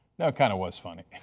kind of was funny.